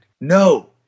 No